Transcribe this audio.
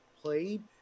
played